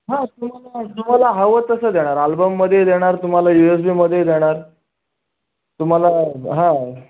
हां तुम्हाला तुम्हाला हवं तसं देणार आल्बममध्ये देणार तुम्हाला यू एस बीमध्ये देणार तुम्हाला हां